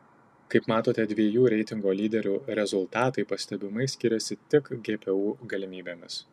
kaip matote dviejų reitingo lyderių rezultatai pastebimai skiriasi tik gpu galimybėmis